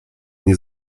nie